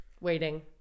Waiting